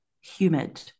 humid